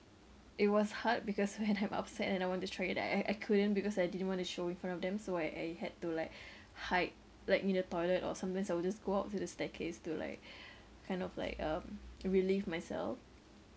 it was hard because when I'm upset and I want to try it I I couldn't because I didn't want to show in front of them so I I had to like hide like in the toilet or sometimes I will just go out to the staircase to like kind of like um to relieve myself